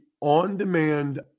on-demand